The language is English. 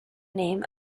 name